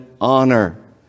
honor